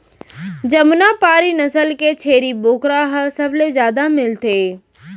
जमुना पारी नसल के छेरी बोकरा ह सबले जादा मिलथे